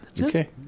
Okay